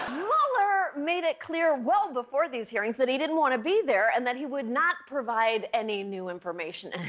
mueller made it clear well before these hearings that he didn't want to be there and that he would not provide any new information. and,